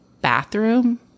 bathroom